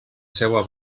seua